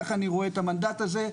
ככה אני רואה את המנדט הזה.